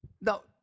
Now